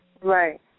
Right